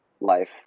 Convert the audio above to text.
life